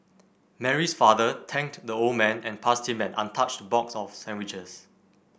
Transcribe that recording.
Mary's father thanked the old man and passed him an untouched box of sandwiches